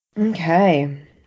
Okay